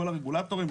לכל הרגולטורים,